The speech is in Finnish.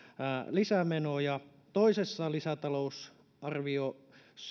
lisämenoja toisessa lisätalousarviossa